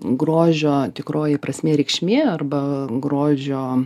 grožio tikroji prasmė reikšmė arba grožio